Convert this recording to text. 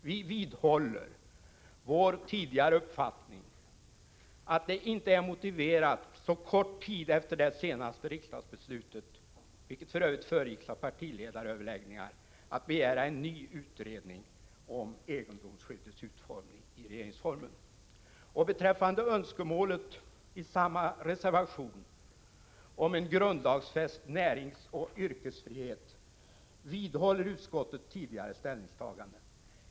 Vi vidhåller vår tidigare uppfattning att det inte är motiverat — så kort tid efter det senaste riksdagsbeslutet, vilket för övrigt föregicks av partiledaröverläggningar — att begära en ny utredning om egendomsskyddets utformning i RF. Beträffande önskemålet i samma reservation om en grundlagsfäst näringsoch yrkesfrihet vidhåller utskottet tidigare ställningstaganden.